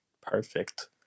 perfect